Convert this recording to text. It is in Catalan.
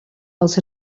els